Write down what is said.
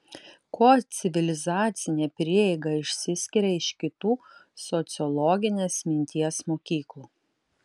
kuo civilizacinė prieiga išsiskiria iš kitų sociologinės minties mokyklų